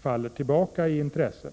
faller litet tillbaka i intresse.